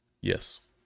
Yes